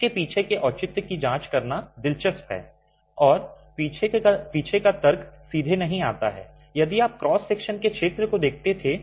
इसके पीछे के औचित्य की जांच करना दिलचस्प है और पीछे का तर्क सीधे नहीं आता है यदि आप क्रॉस सेक्शन के क्षेत्र को देखते थे